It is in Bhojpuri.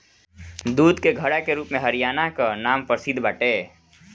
दूध के घड़ा के रूप में हरियाणा कअ नाम प्रसिद्ध बाटे